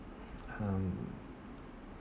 hmm